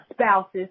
spouses